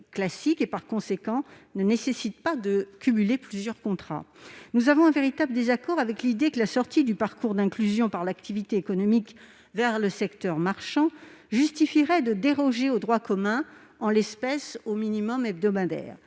que, par conséquent, il n'est pas nécessaire de cumuler plusieurs contrats ? Nous sommes véritablement en désaccord avec l'idée que la transition du parcours d'insertion par l'activité économique vers le secteur marchand justifierait de déroger au droit commun, en l'espèce au minimum hebdomadaire.